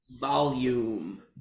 Volume